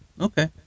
Okay